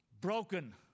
broken